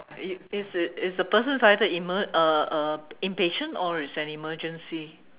you is it is the person's either emer~ uh uh impatient or it's an emergency